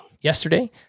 yesterday